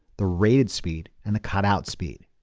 the rated speed, and the cut-out speed.